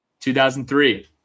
2003